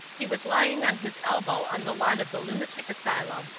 he was lying on his elbow on the lawn of the lunatic asylum,